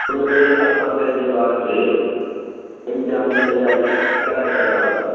उन में असां पंहिंजे ॿार खे इम्तिहान जी तयारी कराए सघंदासीं